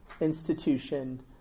institution